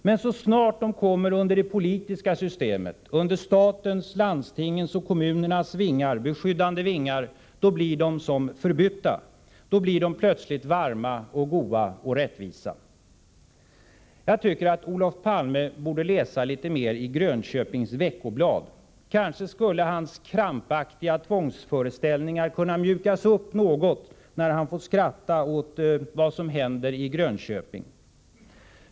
Men så snart de kommer under det politiska systemet, under statens, landstingens och kommunernas beskyddande vingar, då blir de som förbytta. Då blir de plötsligt varma, goda och rättvisa. Jag tycker att Olof Palme borde läsa litet mer i Grönköpings Veckoblad. Kanske skulle hans krampaktiga tvångsföreställningar kunna mjukas upp något, om han får skratta åt vad som händer i Grönköping.